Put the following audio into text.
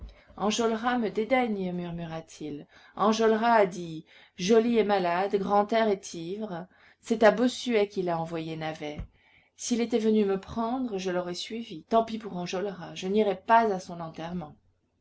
enjolras me dédaigne murmura-t-il enjolras a dit joly est malade grantaire est ivre c'est à bossuet qu'il a envoyé navet s'il était venu me prendre je l'aurais suivi tant pis pour enjolras je n'irai pas à son enterrement